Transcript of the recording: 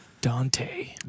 Dante